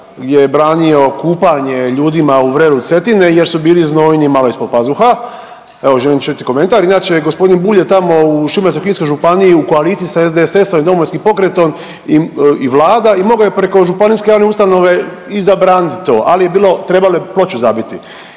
je branio kupanje ljudima u vrelu Cetine jer su bili znojni malo ispod pazuha. Evo želim čuti komentar. Inače je gospodin Bulj je tamo u Šibensko-kninskoj županiji u koaliciji sa SDSS-om i Domovinskim pokretom i Vlada i mogao je preko županijske javne ustanove i zabraniti to, ali je bilo, trebalo je ploču zabiti.